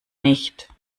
nicht